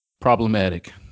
Problematic